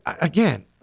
again